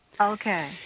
Okay